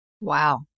Wow